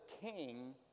king